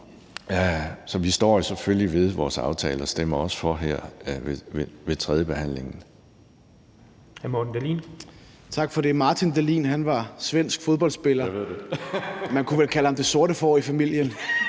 Så vi står selvfølgelig ved vores aftale og stemmer også for her ved tredjebehandlingen.